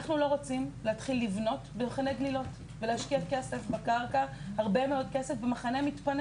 אנחנו לא רוצים להתחיל לבנות במחנה גלילות ולהשקיע בקרקע של מחנה מתפנה